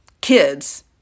kids